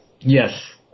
Yes